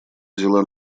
взяла